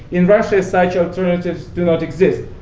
in russia, such alternatives do not exist.